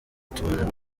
tubona